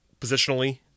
positionally